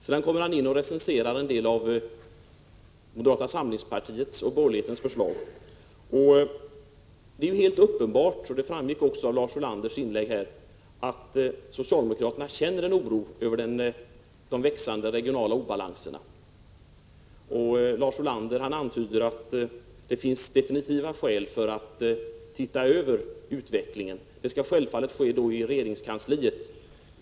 Sedan recenserar Lars Ulander en del av moderata samlingspartiets och borgerlighetens förslag. Det framgick av hans inlägg att socialdemokraterna uppenbarligen känner en oro över de växande regionala obalanserna. Lars Ulander antyder att det finns definitiva skäl att se över utvecklingen, vilket självfallet skall ske i regeringskansliet.